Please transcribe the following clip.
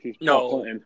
No